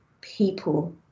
people